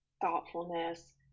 thoughtfulness